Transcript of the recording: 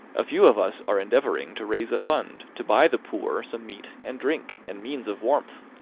a few of us are endeavouring to raise a fund to buy the poor some meat and drink, and means of warmth.